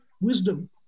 wisdom